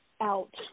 out